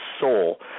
soul